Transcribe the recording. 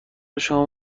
شما